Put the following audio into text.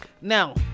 Now